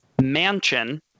mansion